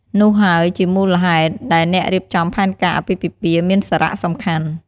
នោះហើយជាមូលហេតុដែលអ្នករៀបចំផែនការអាពាហ៍ពិពាហ៍មានសារៈសំខាន់។